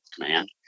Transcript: Command